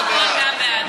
ולפרוטוקול גם בעד.